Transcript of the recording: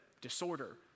disorder